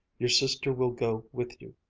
your sister will go with you.